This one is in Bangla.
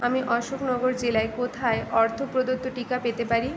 আমি অশোকনগর জেলায় কোথায় অর্থ প্রদত্ত টিকা পেতে পারি